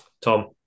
Tom